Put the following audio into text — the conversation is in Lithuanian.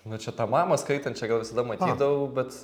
nu čia tą mamą skaitančią gal visada matydavau bet